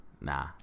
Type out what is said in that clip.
nah